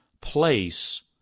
place